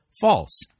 false